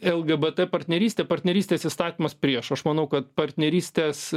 lgbt partnerystė partnerystės įstatymas prieš aš manau kad partnerystės